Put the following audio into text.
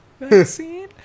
Vaccine